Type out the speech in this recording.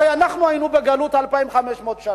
הרי אנחנו היינו בגלות 2,500 שנה,